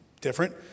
different